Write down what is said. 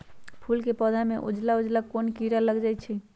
फूल के पौधा में उजला उजला कोन किरा लग जई छइ?